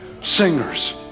singers